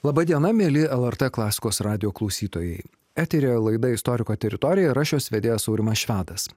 laba diena mieli lrt klasikos radijo klausytojai eteryje laidą istoriko teritorija ir aš jos vedėjas aurimas švedas